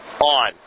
on